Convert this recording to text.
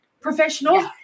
professional